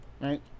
right